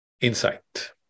insight